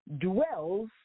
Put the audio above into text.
dwells